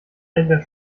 einer